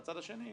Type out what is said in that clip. מהצד השני,